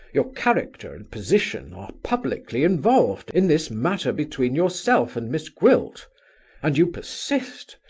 your character and position are publicly involved in this matter between yourself and miss gwilt and you persist,